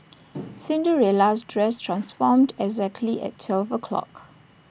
Cinderella's dress transformed exactly at twelve o' clock